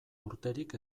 urterik